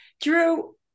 Drew